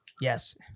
Yes